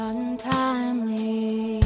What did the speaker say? Untimely